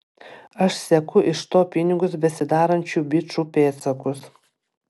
aš seku iš to pinigus besidarančių bičų pėdsakus